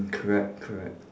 correct correct